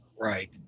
Right